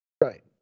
Right